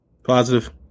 Positive